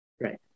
Right